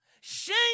Shame